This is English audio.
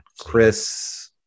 Chris